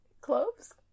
cloves